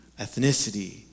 ethnicity